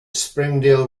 springdale